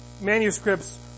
manuscripts